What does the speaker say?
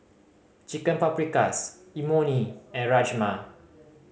Chicken Paprikas Imoni and Rajma